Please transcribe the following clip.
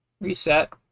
reset